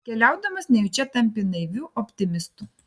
keliaudamas nejučia tampi naiviu optimistu